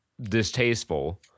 distasteful